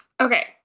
Okay